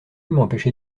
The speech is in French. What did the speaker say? m’empêcher